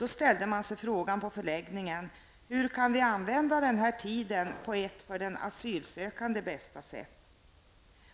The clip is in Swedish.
Man ställde sig då på förläggningen frågan: Hur kan vi använda tiden på ett för den asylsökande bästa sätt?